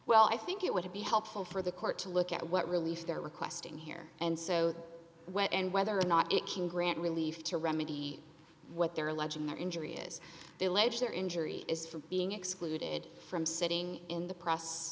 well i think it would be helpful for the court to look at what relief they're requesting here and so when and whether or not it can grant relief to remedy what they're alleging their injury is village their injury is from being excluded from sitting in the press